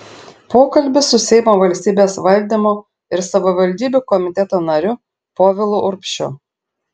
pokalbis su seimo valstybės valdymo ir savivaldybių komiteto nariu povilu urbšiu